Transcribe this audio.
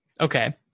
Okay